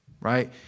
Right